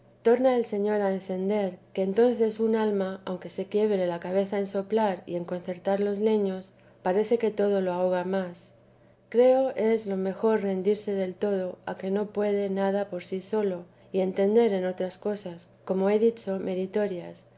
torna el señor a encender que entonces un alma aunque se quiebre la cabeza en soplar y en concertar los leños parece que todo lo ahoga más creo es lo mejor rendirse del todo a que no pueda nada por sí sola y entender en otras cosas como he dicho meritorias